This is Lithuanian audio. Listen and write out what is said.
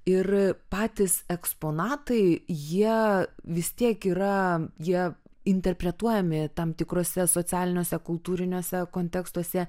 ir patys eksponatai jie vis tiek yra jie interpretuojami tam tikruose socialiniuose kultūriniuose kontekstuose